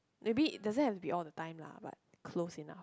maybe it doesn't have to be all the time lah but close enough